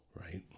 right